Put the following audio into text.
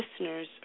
listeners